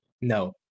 No